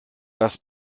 das